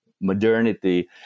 modernity